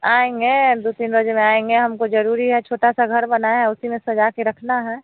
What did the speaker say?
आएँगे दो तीन बजे में आएँगे हमको ज़रूरी है छोटा सा घर बनाया है उसी में सजा के रखना है